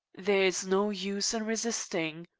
there's no use in resisting,